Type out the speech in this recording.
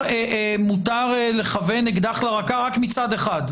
מותר לכוון אקדח לרקה רק מצד אחד.